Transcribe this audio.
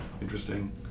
interesting